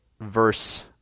verse